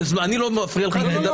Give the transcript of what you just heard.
אני לא מפריע לך, סליחה.